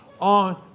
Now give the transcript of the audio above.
on